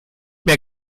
mehr